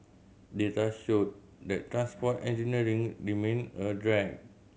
data showed that transport engineering remained a drag